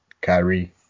Kyrie